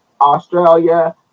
Australia